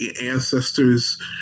ancestors